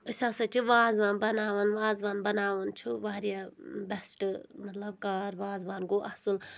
أسۍ ہَسا چھِ وازوان بَناوان وازوان بَناوُن چھُ واریاہ بیٚسٹہٕ مطلب کار وازوان گوٚو اَصٕل